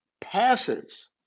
passes